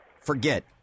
Forget